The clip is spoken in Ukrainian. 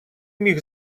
міг